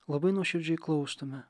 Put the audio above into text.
labai nuoširdžiai klaustume